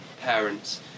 parents